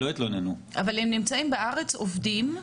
אבל הם נמצאים בארץ, עובדים.